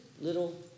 little